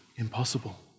impossible